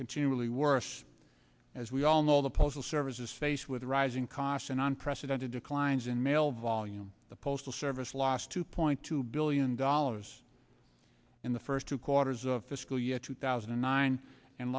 continually worse as we all know the postal service is faced with rising costs an unprecedented declines in mail volume the postal service lost two point two billion dollars in the first two quarters of fiscal year two thousand and nine and